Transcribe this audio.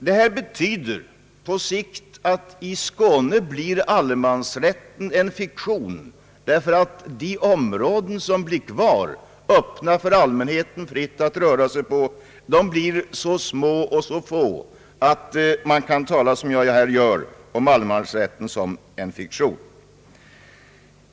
Detta betyder på sikt att allemansrätten blir en fiktion i Skåne, ty de områden som blir kvar för allmänheten att fritt röra sig på blir så små och så få, att det blir berättigat att tala om allemansrätten som en fiktion.